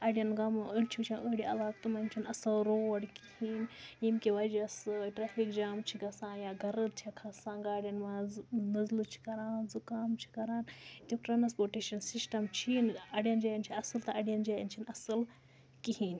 اَڑیٚن گامہٕ أڑۍ چھِ وُچھان أڑۍ علاقہٕ تِمَن چھِنہٕ اصٕل روڈ کِہیٖنۍ ییٚمہِ کہِ وجہ سۭتۍ ٹرٛیفِک جام چھُ گَژھان یا گرٕد چھِ کھَسان گاڑیٚن مَنٛز نٔزلہٕ چھُ کَران زُکام چھُ کَران تِم ٹرٛانَسپورٹیشَن سِسٹَم چھُیی نہٕ اَڑیٚن جایَن چھُ اصٕل تہٕ اَڑیٚن جایَن چھُنہٕ اصٕل کِہیٖنۍ